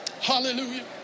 Hallelujah